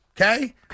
Okay